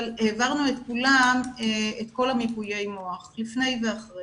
אבל העברנו את כולם מיפויי מוח לפני ואחרי